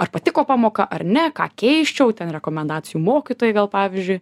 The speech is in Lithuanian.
ar patiko pamoka ar ne ką keisčiau ten rekomendacijų mokytojai gal pavyzdžiui